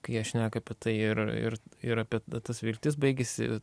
kai jie šneka apie tai ir ir ir apie tas viltis baigiasi